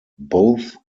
both